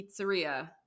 Pizzeria